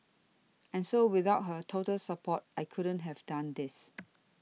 and so without her total support I couldn't have done this